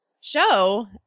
show